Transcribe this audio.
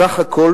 סך הכול